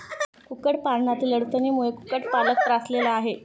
कुक्कुटपालनातील अडचणींमुळे कुक्कुटपालक त्रासलेला आहे